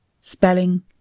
Spelling